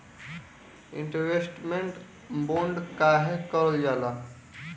Investment bond काहे कारल जाला?